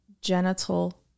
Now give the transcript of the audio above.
Genital